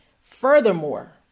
Furthermore